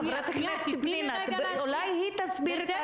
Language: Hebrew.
חברת הכנסת פנינה, אולי היא תסביר את עצמה.